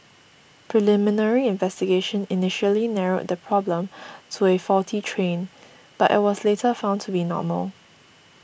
preliminary investigation initially narrowed the problem to a faulty train but it was later found to be normal